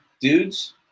dudes